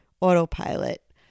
autopilot